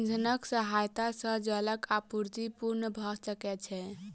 इंधनक सहायता सॅ जलक आपूर्ति पूर्ण भ सकै छै